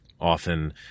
often